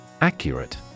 Accurate